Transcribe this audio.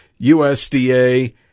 USDA